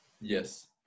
yes